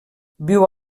viu